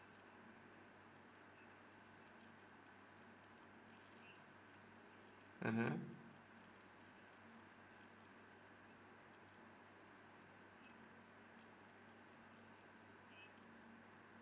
mmhmm